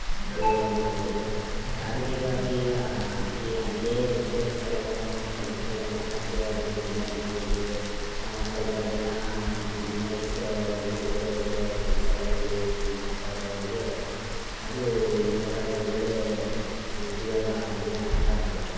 ಉಪಯೋಗ ಮಾಡ್ಬೋದು ಸಾರಿಗೆಗಾಗಿ ಆಗಿ ಅಲ್ಲೇ ಟಿಕೆಟ್ಗಳನ್ನು ಪಡೆದುಕೊಳ್ಳಲು ಸಾಧ್ಯವಾಗುತ್ತಿಲ್ಲ ಜನಗಳಿಗೆ ಸ್ವಲ್ಪ ಜನ ಬಿಸಿನೆಸ್ ಇನ್ನು ಬೇರೆ ಬೇರೆ ಕೆಲಸಗಳಲ್ಲಿ ಇರ್ತಾ ಮಾಡ್ತಾ ಇರೋವ್ರಿಗೆ ಅದು ಒಂಥರ ಒಳ್ಳೇ ಉಪಯೋಗ ಆಗಿದೆ ಆ ಆ್ಯಪ್ಗಳು